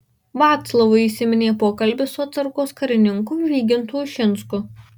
vaclavui įsiminė pokalbis su atsargos karininku vygintu ušinsku